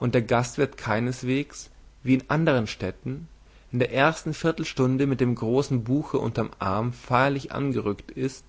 und der gastwirt keinesweges wie in ändern städten in der ersten viertelstunde mit dem großen buche unterm arm feierlich angerückt ist